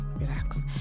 relax